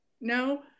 No